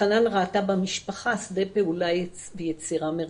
חנאן ראתה במשפחה שדה פעולה ויצירה מרכזי.